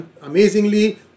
amazingly